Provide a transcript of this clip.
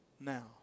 now